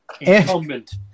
incumbent